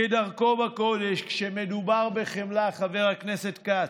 כדרכו בקודש כשמדובר בחמלה, חבר הכנסת כץ,